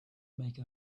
make